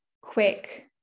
quick